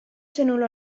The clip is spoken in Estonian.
sõnul